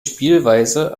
spielweise